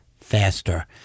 Faster